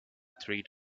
threat